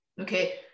Okay